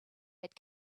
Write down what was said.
had